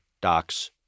docs